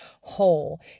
whole